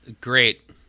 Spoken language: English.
Great